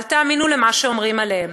אל תאמינו למה שאומרים עליהם,